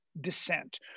dissent